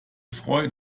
freuen